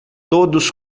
todos